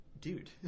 Dude